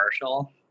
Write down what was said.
commercial